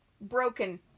Broken